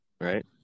right